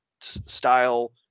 style